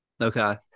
Okay